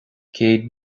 céad